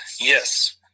Yes